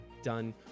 done